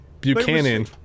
Buchanan